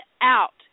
out